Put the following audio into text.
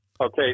Okay